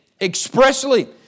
expressly